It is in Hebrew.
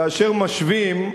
כאשר משווים,